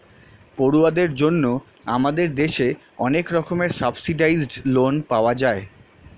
পড়ুয়াদের জন্য আমাদের দেশে অনেক রকমের সাবসিডাইস্ড্ লোন পাওয়া যায়